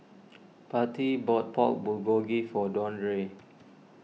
Patti bought Pork Bulgogi for Deandre